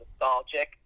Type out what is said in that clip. nostalgic